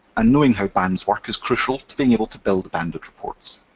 and knowing how bands work is crucial to being able to build the banded reports.